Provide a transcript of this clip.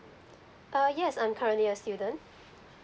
ah yes I'm currently a student